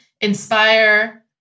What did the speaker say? inspire